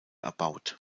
erbaut